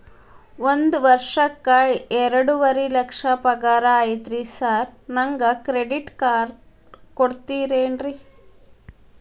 ಒಂದ್ ವರ್ಷಕ್ಕ ಎರಡುವರಿ ಲಕ್ಷ ಪಗಾರ ಐತ್ರಿ ಸಾರ್ ನನ್ಗ ಕ್ರೆಡಿಟ್ ಕಾರ್ಡ್ ಕೊಡ್ತೇರೆನ್ರಿ?